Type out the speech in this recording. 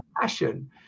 passion